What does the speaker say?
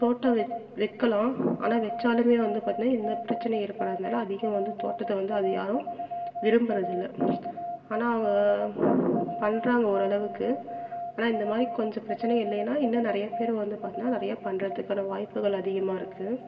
தோட்டம் வை வைக்கலாம் ஆனால் வச்சாலுமே வந்து பார்த்தினா இந்த பிரச்சனை ஏற்படுறதுனால அதிகம் வந்து தோட்டத்தை வந்து அது யாரும் விரும்புறது இல்லை ஆனால் பண்ணுறாங்க ஒரளவுக்கு ஆனால் இந்த மாதிரி கொஞ்சம் பிரச்சனை இல்லைனா இன்னும் நிறையா பேர் வந்து பார்த்தினா நிறையா பண்ணுறதுக்காண வாய்ப்புகள் அதிகமாக இருக்கு